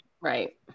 right